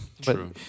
True